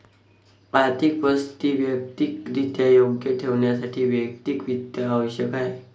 आर्थिक परिस्थिती वैयक्तिकरित्या योग्य ठेवण्यासाठी वैयक्तिक वित्त आवश्यक आहे